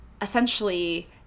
essentially